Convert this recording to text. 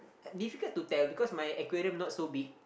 difficult to tell because my aquarium not so big